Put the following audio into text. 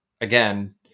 again